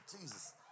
Jesus